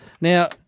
Now